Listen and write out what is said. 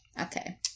Okay